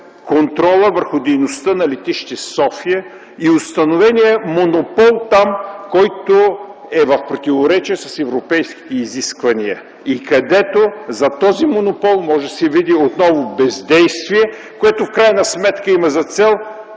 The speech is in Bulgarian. контролът върху дейността на летище София и установеният монопол там, който е в противоречие с европейските изисквания. Зад този монопол може да се види отново бездействие, което в крайна сметка има за цел